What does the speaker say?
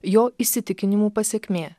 jo įsitikinimų pasekmė